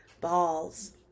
balls